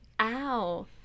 ow